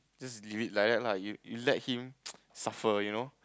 just leave it like that lah you you let him suffer you know